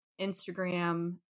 instagram